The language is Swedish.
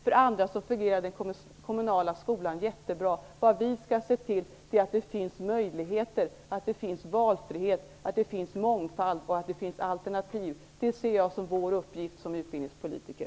För andra fungerar den kommunala skolan jättebra. Vi skall se till att det finns möjligheter, valfrihet, mångfald och alternativ. Det ser jag som vår uppgift i vår egenskap av utbildningspolitiker.